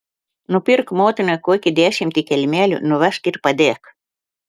nupirk motinai kokį dešimtį kelmelių nuvežk ir padėk